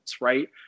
right